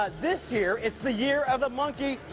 this year, it's the year of the monkey.